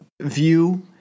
view